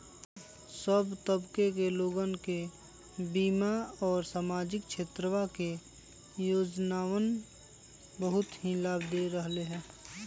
सब तबके के लोगन के बीमा और सामाजिक क्षेत्रवा के योजनावन बहुत ही लाभ दे रहले है